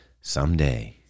someday